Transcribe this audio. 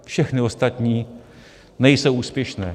Všechny ostatní nejsou úspěšné.